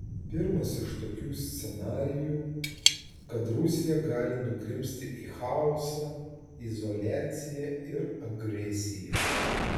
pirmasis iš tokių scenarijų kad rusija gali nugrimzti į chaosą izoliaciją ir agresiją